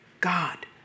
God